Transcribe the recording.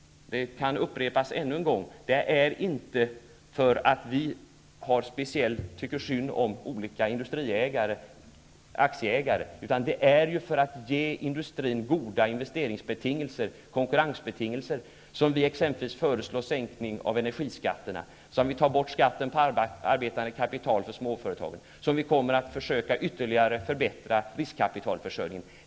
Det kan upprepas ännu en gång: Det är inte för att vi tycker synd om olika industriägare och aktieägare, utan det är för att ge industrin goda investeringsbetingelser och konkurrensbetingelser som vi föreslår exempelvis sänkning av energiskatterna, borttagande av skatt på arbetande kapital för småföretagen, och som vi kommer att försöka att ytterligare förbättra riskkapitalförsörjningen.